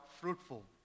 fruitful